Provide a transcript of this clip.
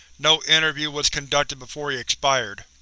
no interview was conducted before he expired.